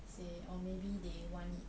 say or maybe they want it